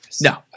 No